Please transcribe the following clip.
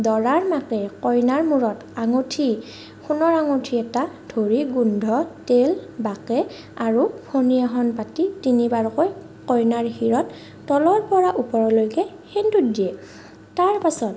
দৰাৰ মাকে কইনাৰ মূৰত আঙুঠি সোণৰ আঙুঠি এটা ধৰি গোন্ধ তেল বাকে আৰু ফণি এখন পাতি তিনিবাৰকৈ কইনাৰ মূৰত তলৰ পৰা ওপৰলৈকে সেন্দুৰ দিয়ে তাৰ পাছত